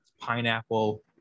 Pineapple